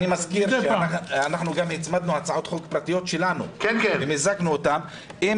אני מזכיר שאנחנו גם הצמדנו הצעות חוק פרטיות שלנו ומיזגנו אותן עם